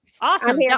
Awesome